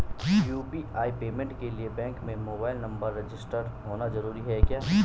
UPI payment के लिए bank में मोबाइल नंबर रजिस्टर्ड होना जरूरी है क्या?